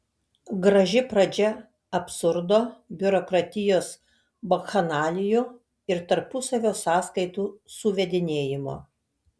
graži pradžia absurdo biurokratijos bakchanalijų ir tarpusavio sąskaitų suvedinėjimo